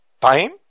time